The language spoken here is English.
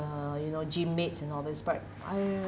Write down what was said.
you know gym mates and all this but I uh